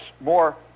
more